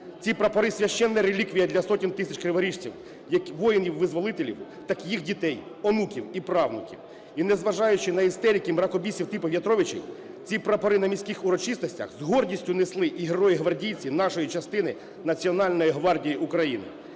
Ці прапори – священна реліквія для сотень тисяч криворіжців, воїнів-визволителів та їх дітей, онуків і правнуків. І незважаючи на істериків і мракобісів типу В'ятровича, ці прапори на міських урочистостях з гордістю несли і герої-гвардійці нашої частини Національної гвардії України.